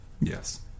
Yes